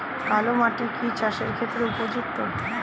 কালো মাটি কি চাষের ক্ষেত্রে উপযুক্ত?